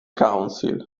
council